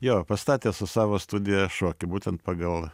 jo pastatė su savo studija šokį būtent pagal